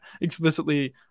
explicitly